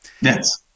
Yes